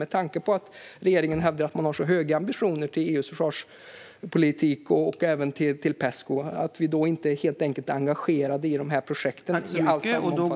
Med tanke på att regeringen hävdar att man har så höga ambitioner i EU:s försvarspolitik och även i Pesco, borde vi inte helt enkelt vara engagerade i de projekten i samma omfattning?